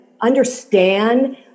understand